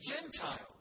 Gentiles